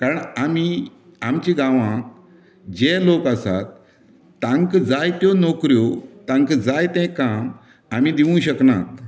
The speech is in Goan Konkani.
कारण आमी आमच्या गांवांत जे लोक आसात तांकां जायत्यो नोकऱ्यो तांकां जाय तें काम आमी दिवंक शकनात